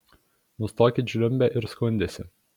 nustokit žliumbę ir skundęsi